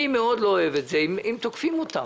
אני מאוד לא אוהב את זה, הם תוקפים אותם,